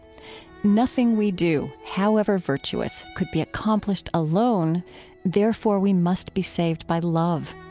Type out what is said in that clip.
nothing we do, however virtuous, could be accomplished alone therefore, we must be saved by love.